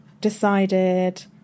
decided